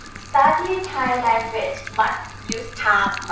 study thai language but use time,